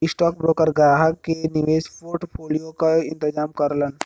stockbroker ग्राहक के निवेश पोर्टफोलियो क इंतजाम करलन